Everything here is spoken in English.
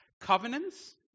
Covenants